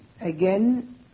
Again